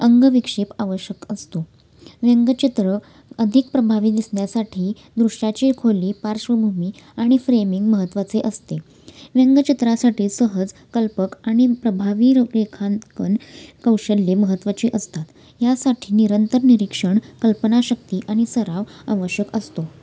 अंगविक्षेप आवश्यक असतो व्यंगचित्र अधिक प्रभावी दिसण्यासाठी दृश्याची खोली पार्श्वभूमी आणि फ्रेमिंग महत्त्वाचे असते व्यंगचित्रासाठी सहज कल्पक आणि प्रभावी र रेखांकन कौशल्ये महत्त्वाची असतात यासाठी निरंतर निरीक्षण कल्पनाशक्ती आणि सराव आवश्यक असतो